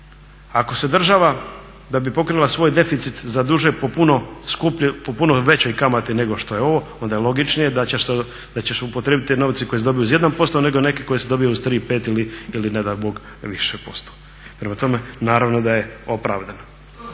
Ako se država da bi pokrila svoj deficit za duže po puno većoj kamati nego što je ovo onda je logičnije da ćeš upotrijebit te novce koje si dobio uz 1% nego neke koje si dobio uz 3, 5 ili ne daj Bog više posto. Prema tome, naravno da je opravdano.